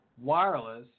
wireless